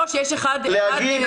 אני שמחה בשבילו שיש אחד בסדום.